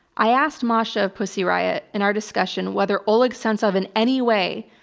i asked masha of pussy riot in our discussion whether oleg sentsov, in any way,